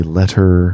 letter